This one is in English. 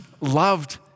loved